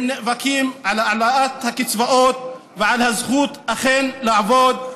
הם נאבקים על העלאת הקצבאות ועל הזכות לעבוד.